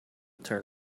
turn